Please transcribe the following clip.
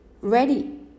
ready